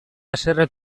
haserre